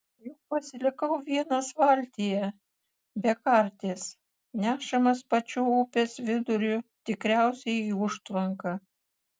juk pasilikau vienas valtyje be karties nešamas pačiu upės viduriu tikriausiai į užtvanką